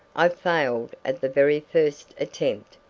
i failed at the very first attempt.